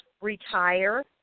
retire